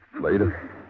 Later